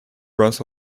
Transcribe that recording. runs